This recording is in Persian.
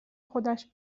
خودش